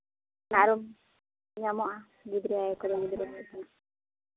ᱚᱱᱟ ᱟᱨᱚ ᱧᱟᱢᱚᱜᱼᱟ ᱜᱤᱫᱽᱨᱟᱹ ᱠᱚ ᱞᱟᱹᱜᱤᱫ